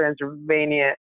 Transylvania